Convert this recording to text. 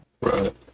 Right